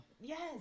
Yes